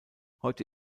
heute